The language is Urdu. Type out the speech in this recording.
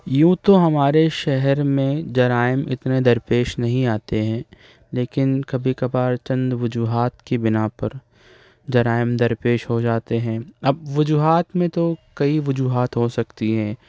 یوں تو ہمارے شہر میں جرائم اتنے درپیش نہیں آتے ہیں لیکن کبھی کبھار چند وجوہات کی بنا پر جرائم درپیش ہو جاتے ہیں اب وجوہات میں تو کئی وجوہات ہو سکتی ہیں